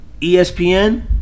ESPN